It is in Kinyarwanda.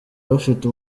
bafite